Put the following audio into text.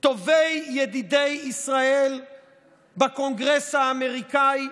טובי ידידי ישראל בקונגרס האמריקאי,